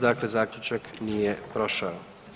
Dakle, zaključak nije prošao.